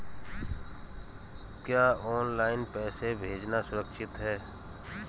क्या ऑनलाइन पैसे भेजना सुरक्षित है?